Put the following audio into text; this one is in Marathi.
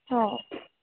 हो